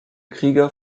krieger